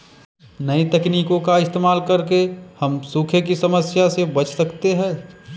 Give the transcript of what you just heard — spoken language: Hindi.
नई तकनीकों का इस्तेमाल करके हम सूखे की समस्या से बच सकते है